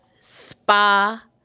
spa